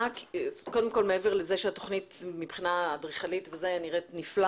מעבר לכך שהתכנית מבחינה אדריכלית נראית נפלא